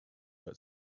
but